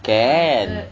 can